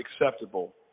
acceptable